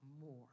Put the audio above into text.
more